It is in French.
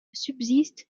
subsistent